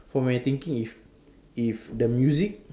for my thinking if if the music